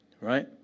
Right